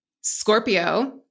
Scorpio